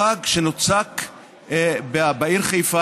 חג שנוצק בעיר חיפה,